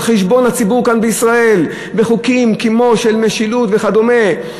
על חשבון הציבור כאן בישראל בחוקים כמו משילות וכדומה.